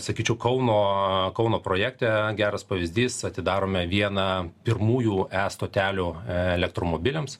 sakyčiau kauno kauno projekte geras pavyzdys atidarome vieną pirmųjų e stoteliu elektromobiliams